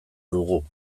dugu